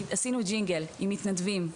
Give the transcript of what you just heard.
עשינו ג'ינגל עם מתנדבים,